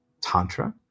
Tantra